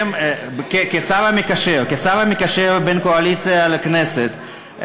כשר המקשר בין הקואליציה לכנסת,